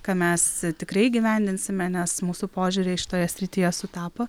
ką mes tikrai įgyvendinsime nes mūsų požiūriai šitoje srityje sutapo